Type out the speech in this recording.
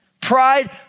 Pride